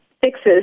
fixes